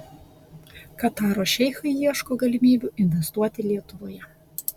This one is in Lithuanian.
kataro šeichai ieško galimybių investuoti lietuvoje